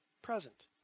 present